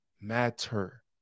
matter